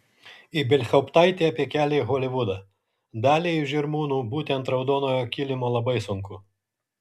ibelhauptaitė apie kelią į holivudą daliai iš žirmūnų būti ant raudonojo kilimo labai sunku